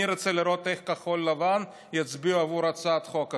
אני רוצה לראות איך כחול לבן יצביעו עבור הצעת החוק הזאת.